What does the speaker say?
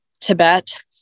Tibet